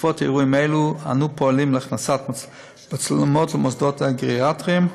בעקבות אירועים אלו אנו פועלים להכנסת מצלמות למוסדות הגריאטריים.